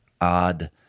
odd